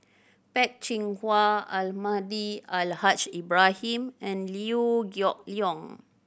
Peh Chin Hua Almahdi Al Haj Ibrahim and Liew Geok Leong